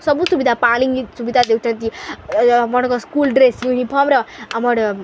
ସବୁ ସୁବିଧା ପାଣି ସୁବିଧା ଦେଉଛନ୍ତି ଆମର କ'ଣ ସ୍କୁଲ୍ ଡ୍ରେସ୍ ୟୁନିଫର୍ମର ଆମର